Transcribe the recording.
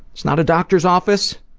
it's not a doctor's office.